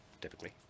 typically